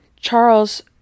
Charles